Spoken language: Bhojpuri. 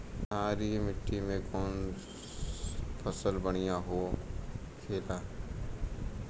क्षारीय मिट्टी में कौन फसल बढ़ियां हो खेला?